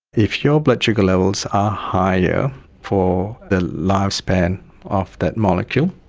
if your blood sugar levels are higher for the lifespan of that molecule,